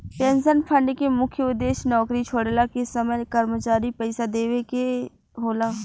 pension fund के मुख्य उद्देश्य नौकरी छोड़ला के समय कर्मचारी के पइसा देवेके होला